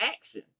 action